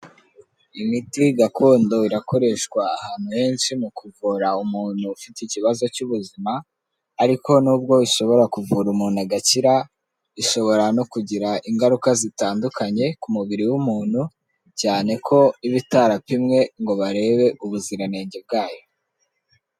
Imiti gakondo irakoreshwa ahantu henshi mu kuvura umuntu ufite ikibazo cy'ubuzima, ariko n'ubwo ishobora kuvura umuntu agakira, ishobora no kugira ingaruka zitandukanye ku mubiri w'umuntu cyane ko iba itarapimwe ngo barebe ubuziranenge bwayo.